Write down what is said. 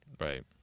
right